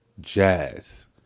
Jazz